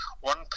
one